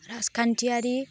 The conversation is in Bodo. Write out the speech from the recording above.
राजखान्थियारि